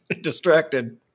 distracted